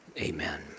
Amen